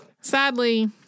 Sadly